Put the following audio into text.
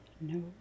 No